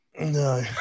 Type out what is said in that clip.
No